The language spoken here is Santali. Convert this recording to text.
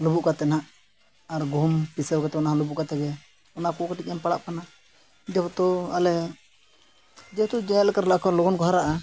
ᱞᱩᱵᱩᱜ ᱠᱟᱛᱮ ᱦᱟᱜ ᱟᱨ ᱜᱩᱦᱩᱢ ᱯᱤᱥᱟᱹᱣ ᱠᱟᱛᱮ ᱚᱱᱟ ᱞᱩᱵᱩᱜ ᱠᱟᱛᱮ ᱜᱮ ᱚᱱᱟ ᱠᱚ ᱠᱟᱹᱴᱤᱡ ᱮᱢ ᱯᱟᱲᱟᱜ ᱠᱟᱱᱟ ᱡᱮᱦᱮᱛᱩ ᱟᱞᱮ ᱡᱮᱦᱮᱛᱩ ᱡᱮᱞᱮᱠᱟ ᱞᱟᱠᱠᱷᱚ ᱞᱚᱜᱚᱱ ᱠᱚ ᱦᱟᱨᱟᱜᱼᱟ